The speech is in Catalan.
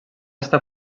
està